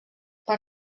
per